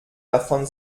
davon